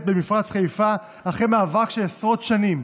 במפרץ חיפה אחרי מאבק של עשרות שנים.